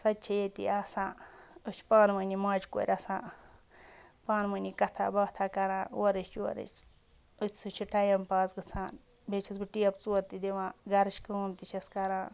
سۄ تہِ چھِ ییٚتی آسان أسۍ چھِ پانہٕ ؤنی ماجہِ کورِ آسان پانہٕ ؤٲنی کَتھا باتھا کَران اورٕچ یورٕچ أتھۍ سۭتۍ چھِ ٹایم پاس گژھان بیٚیہِ چھَس بہٕ ٹیپ ژور تہِ دِوان گَرٕچ کٲم تہِ چھس کَران